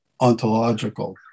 ontological